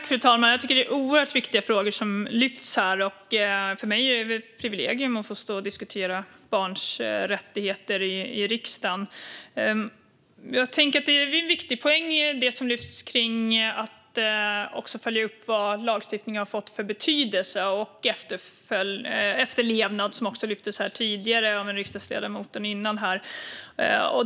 Fru talman! Det är oerhört viktiga frågor som lyfts fram här. För mig är det ett privilegium att få stå i riksdagen och diskutera barns rättigheter. En viktig poäng som lyfts fram är att följa upp vad lagstiftning har fått för betydelse. Efterlevnaden togs upp här tidigare av riksdagsledamoten.